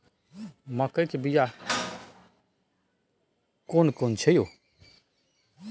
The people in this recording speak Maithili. मकई के बिया केना कोन छै यो?